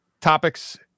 topics